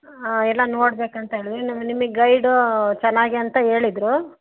ಹಾಂ ಎಲ್ಲ ನೋಡ್ಬೇಕಂತೇಳಿ ನಾ ನಿಮಗೆ ಗೈಡು ಚೆನ್ನಾಗೆಂತ ಹೇಳಿದರು